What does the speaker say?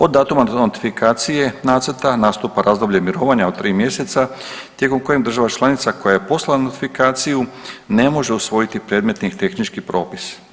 Od datuma notifikacije nacrta nastupa razdoblje mirovanja od 3 mjeseca tijekom kojeg država članica koja je poslala notifikaciju ne može usvojiti predmetni tehnički propis.